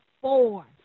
four